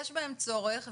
יש בהן צורך,